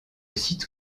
site